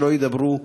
שלא ידברו,